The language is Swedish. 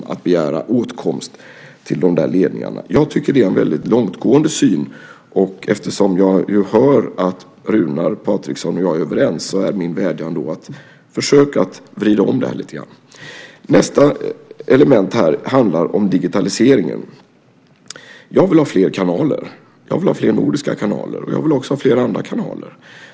Jag tycker att det är en väldigt långtgående syn, och eftersom jag hör att Runar Patriksson och jag är överens vädjar jag att han ska försöka vrida om detta lite grann. Sedan till frågan om digitaliseringen. Jag vill ha fler kanaler. Jag vill ha fler nordiska kanaler, och jag vill också ha fler andra kanaler.